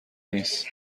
نیست